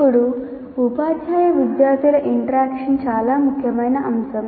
ఇప్పుడు ఉపాధ్యాయ విద్యార్థుల ఇంటరాక్షన్ చాలా ముఖ్యమైన అంశం